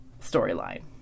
storyline